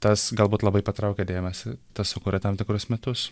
tas galbūt labai patraukia dėmesį tas sukuria tam tikrus mitus